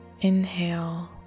Inhale